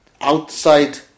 outside